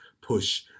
push